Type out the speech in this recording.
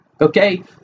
Okay